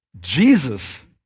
Jesus